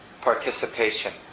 participation